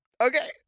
Okay